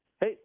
Hey